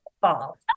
fall